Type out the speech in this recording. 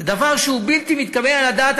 זה דבר שהוא בלתי מתקבל על הדעת.